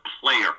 player